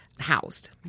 housed